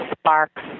sparks